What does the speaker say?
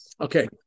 Okay